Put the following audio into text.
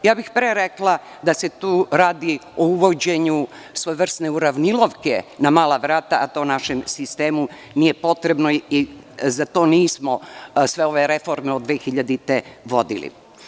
Pre bih rekla da se tu radi o uvođenju svojevrsne uravnilovke na mala vrata, a to našem sistemu nije potrebno i za to nismo sve ove reforme od 2000. godine vodili.